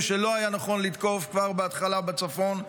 שלא היה נכון לתקוף כבר בהתחלה בצפון,